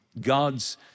God's